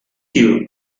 you